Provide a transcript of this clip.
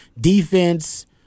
Defense